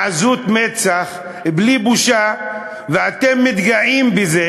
בעזות מצח, בלי בושה, ואתם מתגאים בזה,